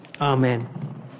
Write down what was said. Amen